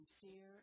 fear